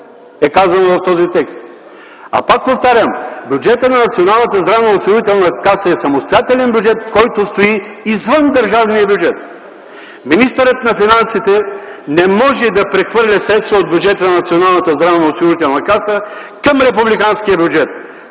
е казано в този текст! Пак повтарям! Бюджетът на Националната здравноосигурителна каса е самостоятелен бюджет, който стои извън държавния бюджет. Министърът на финансите не може да прехвърля средства от бюджета на Националната здравноосигурителна каса към Републиканския бюджет.